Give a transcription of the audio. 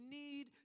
need